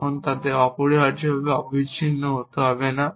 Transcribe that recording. তখন তাদের অপরিহার্যভাবে অবিচ্ছিন্ন হতে হবে না